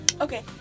Okay